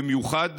במיוחד,